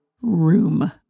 room